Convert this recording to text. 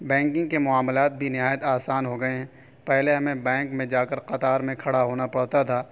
banking کے معاملات بھی نہایت آسان ہو گئے ہیں پہلے ہمیں بینک میں جا کر قطار میں کھڑا ہونا پڑتا تھا